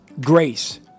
grace